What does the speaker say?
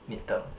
mid term